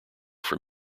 from